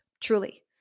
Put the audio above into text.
truly